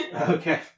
Okay